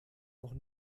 noch